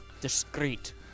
discreet